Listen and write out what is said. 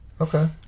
Okay